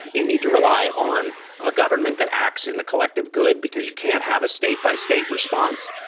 you need to rely on a government that acts in the collective good. because you can't have a state by state response.